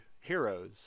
heroes